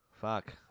Fuck